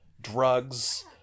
drugs